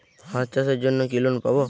হাঁস চাষের জন্য কি লোন পাব?